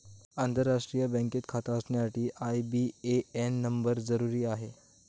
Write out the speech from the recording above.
आंतरराष्ट्रीय बँकेत खाता असण्यासाठी आई.बी.ए.एन नंबर जरुरी आहे